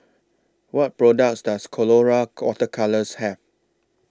What products Does Colora Water Colours Have